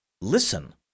Listen